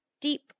deep